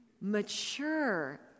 mature